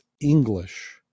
English